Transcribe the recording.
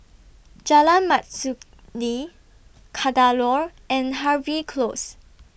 Jalan Mastuli Kadaloor and Harvey Close